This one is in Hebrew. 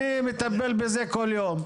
אני מטפל בזה כל יום.